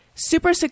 Super